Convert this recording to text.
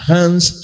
hands